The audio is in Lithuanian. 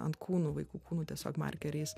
ant kūnų vaikų kūnų tiesiog markeriais